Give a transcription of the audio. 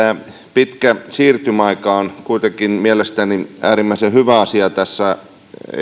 pitkä siirtymäaika on kuitenkin mielestäni äärimmäisen hyvä asia tässä